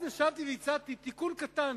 ישבתי והצעתי תיקון קטן,